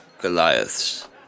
Goliaths